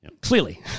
clearly